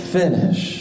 finish